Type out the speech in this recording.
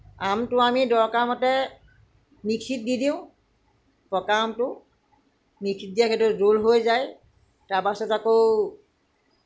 আমটো আমি দৰকাৰমতে মিক্সিত দি দিওঁ পকা আমটো মিক্সিত দিয়া সেইটো জোল হৈ যায় তাৰ পাছত আকৌ